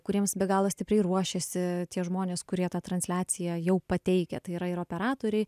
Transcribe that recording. kuriems be galo stipriai ruošėsi tie žmonės kurie tą transliaciją jau pateikia tai yra ir operatoriai